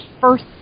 first